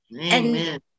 Amen